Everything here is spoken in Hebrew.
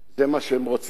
זה מה שהם רוצים,